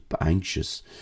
anxious